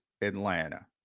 Atlanta